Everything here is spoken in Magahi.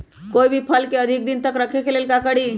कोई भी फल के अधिक दिन तक रखे के ले ल का करी?